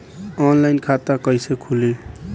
Online खाता कईसे खुलि?